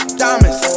diamonds